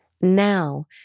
Now